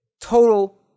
total